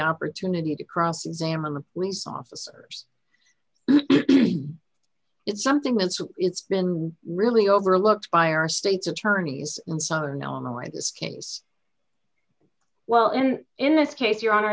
opportunity to cross examine the police officers it's something that's it's been really overlooked by our state's attorneys in southern illinois this case well and in this case you are